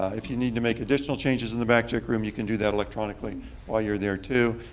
if you need to make additional changes in the back check room, you can do that electronically while you're there too.